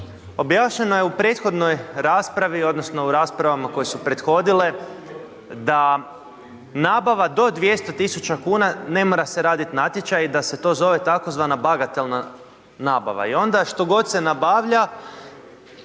Objašnjeno je u prethodnoj raspravi, odnosno, u raspravama koje su prethodile, da nabava do 200 tisuća kuna ne mora se raditi natječaj i da se to zove tzv. bagatelna nabava. I onda što god se nabavlja,